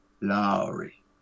Lowry